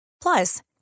Plus